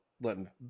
letting